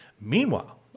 Meanwhile